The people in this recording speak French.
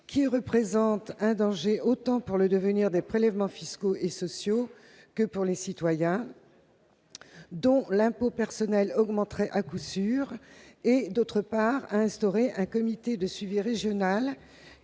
qui représente un danger tant pour le devenir des prélèvements fiscaux et sociaux que pour les citoyens, dont l'impôt personnel augmenterait à coup sûr. Il tend également à instituer un comité de suivi régional